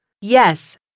Yes